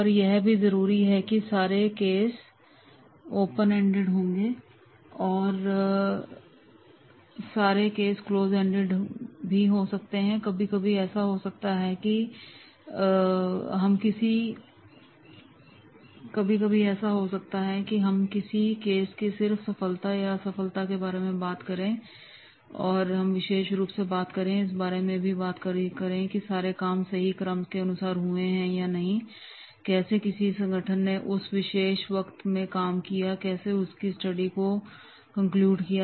पर यह भी जरूरी नहीं है कि सारे केस ओपन एंडेड होंगे या सारे केस क्लोज एंडेड होंगे कभी कभी ऐसा भी हो सकता है कि हम किसी केस कि सिर्फ सफलता या और असफलता के बारे में ही विशेष रूप से बात करें और इस बारे में भी बात की जा सकती है कि सारे काम सही कर्म के अनुसार हुए हैं या नहींकैसे किसी संगठन ने उस विशेष वक्त में काम किया और कैसे उसके स्टडी को कोनक्लयुड किया